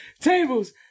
Tables